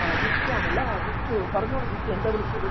ആ ജിത്തു ആണ് അല്ലേ ജിത്തു പറഞ്ഞോളു ജിത്തു എന്താണ് വിളിച്ചത്